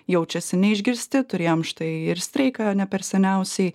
jaučiasi neišgirsti turėjom štai ir streiką ne per seniausiai